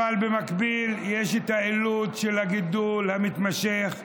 אבל במקביל יש את האילוץ של הגידול המתמשך באוכלוסייה,